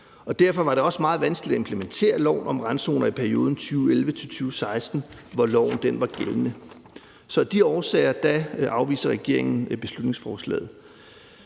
Derfor var det også meget vanskeligt at implementere loven om randzoner i perioden 2011-2016, hvor loven var gældende. Så af de årsager afviser regeringen beslutningsforslaget.